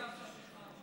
יש מצב ששכנעת אותי.